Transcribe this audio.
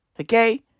Okay